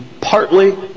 partly